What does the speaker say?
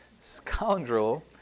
scoundrel